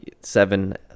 seven